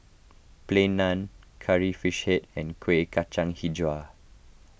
Plain Naan Curry Fish Head and Kueh Kacang HiJau